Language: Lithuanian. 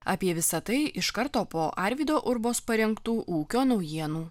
apie visa tai iš karto po arvydo urbos parengtų ūkio naujienų